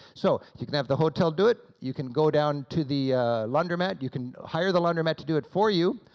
so you can have the hotel do it, you can go down to the laundromat, you can hire the laundromat to do it for you,